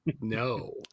no